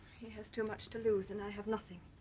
he has too much to lose and i have nothing.